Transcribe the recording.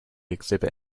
exhibit